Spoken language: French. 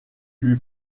lui